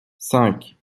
cinq